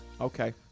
Okay